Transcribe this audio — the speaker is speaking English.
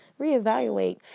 reevaluate